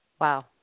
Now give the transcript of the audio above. Wow